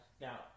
now